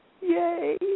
Yay